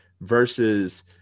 versus